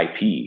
IP